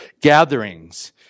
gatherings